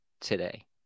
today